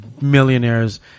millionaires